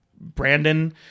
Brandon